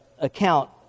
account